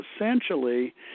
essentially